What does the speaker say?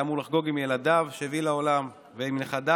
היה אמור לחגוג עם ילדיו שהביא לעולם ועם נכדיו,